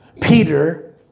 Peter